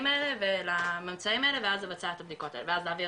האלה ולממצאים האלה ואז לבצע את הבדיקות האלה ואז להעביר